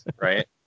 right